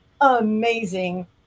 amazing